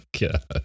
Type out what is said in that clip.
God